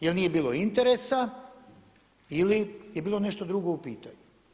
Jer nije bilo interesa ili je bilo nešto drugo u pitanju?